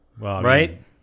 Right